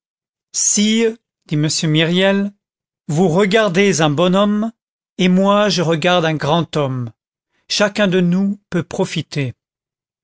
m myriel vous regardez un bonhomme et moi je regarde un grand homme chacun de nous peut profiter